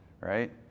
right